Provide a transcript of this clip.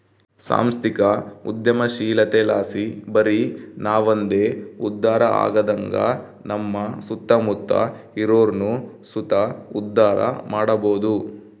ಸಾಂಸ್ಥಿಕ ಉದ್ಯಮಶೀಲತೆಲಾಸಿ ಬರಿ ನಾವಂದೆ ಉದ್ಧಾರ ಆಗದಂಗ ನಮ್ಮ ಸುತ್ತಮುತ್ತ ಇರೋರ್ನು ಸುತ ಉದ್ಧಾರ ಮಾಡಬೋದು